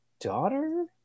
daughter